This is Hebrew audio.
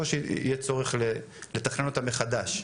או שיהיה צורך לתכנן אותה מחדש.